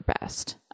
best